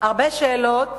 הרבה שאלות